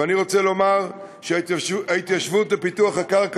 ואני רוצה לומר שההתיישבות ופיתוח הקרקע